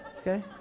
Okay